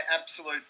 absolute